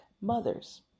mothers